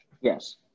Yes